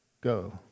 go